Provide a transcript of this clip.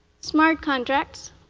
smart contracts,